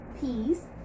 peas